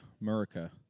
America